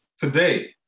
today